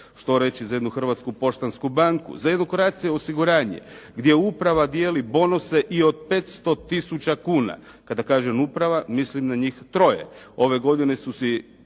Što reći za jednu Hrvatsku poštansku banku, za jednu Croatia osiguranje, gdje uprava dijeli bonuse i od 500 tisuća kuna. Kada kažem uprava, milim na njih troje. Ove godine su si